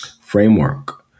framework